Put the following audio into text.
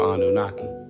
Anunnaki